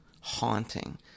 haunting